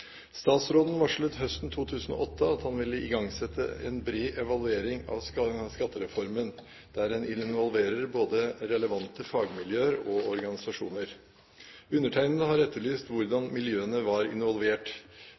varslet høsten 2008 at han ville igangsette «en bred evaluering av skattereformen, der en involverer både relevante fagmiljøer og organisasjoner». Undertegnede har etterlyst hvordan miljøene var involvert.